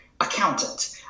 accountant